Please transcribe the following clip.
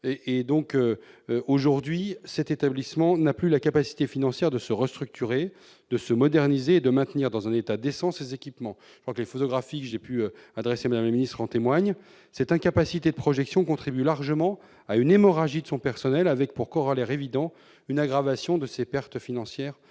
de santé. Aujourd'hui, cet établissement n'a plus la capacité financière de se restructurer, de se moderniser et de maintenir dans un état décent ses équipements. Les photographies que j'ai adressées à Mme la ministre en témoignent. Cette incapacité de projection contribue largement à une hémorragie de son personnel avec, pour corollaire évident, une aggravation de ses pertes financières.